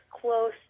close